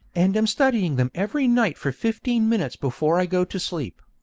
and am studying them every night for fifteen minutes before i go to sleep.